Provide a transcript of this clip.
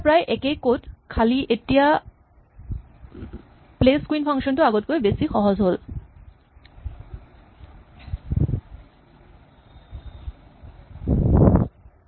এয়া প্ৰায় একেই কড খালি এতিয়া প্লেচ কুইন ফাংচন টো আগতকৈ বেছি সহজ হ'ল